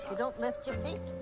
don't lift your feet.